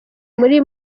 muri